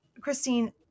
Christine